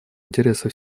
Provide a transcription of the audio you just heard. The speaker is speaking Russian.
интересы